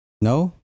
No